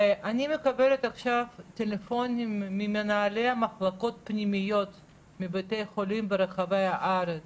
אני מקבלת עכשיו טלפונים ממנהלי מחלקות פנימיות מבתי חולים ברחבי הארץ